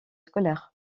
scolaires